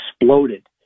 exploded